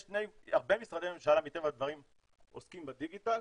הרבה משרדי ממשלה מטבע הדברים עוסקים בדיגיטל,